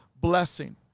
blessing